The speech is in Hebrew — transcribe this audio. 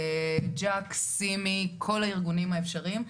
כל הארגונים האפשריים.